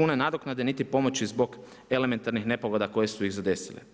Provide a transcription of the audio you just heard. kune nadoknade niti pomoći zbog elementarnih nepogoda koje su ih zadesile.